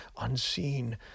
unseen